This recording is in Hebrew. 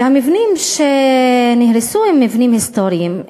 והמבנים שנהרסו הם מבנים היסטוריים,